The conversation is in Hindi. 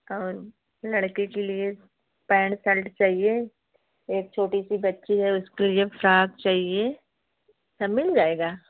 और लड़के के लिए पैन्ट शर्ट चाहिए एक छोटी सी बच्ची है उसके लिए फ़्रॉक चाहिए सब मिल जाएगा